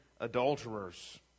adulterers